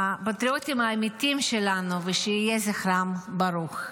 הפטריוטים האמיתיים שלנו, שיהיה זכרם ברוך.